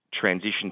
transition